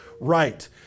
right